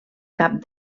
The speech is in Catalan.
cap